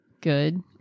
good